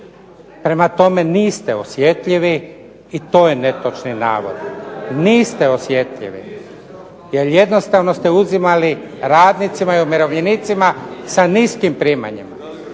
Prema tome, niste osjetljivi i to je netočni navod. Niste osjetljivi, jer jednostavno ste uzimali radnicima i umirovljenicima sa niskim primanjima,